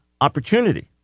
opportunity